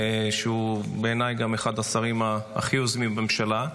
והוא בעיניי גם אחד השרים הכי יוזמים בממשלה,